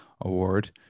award